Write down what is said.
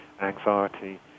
anxiety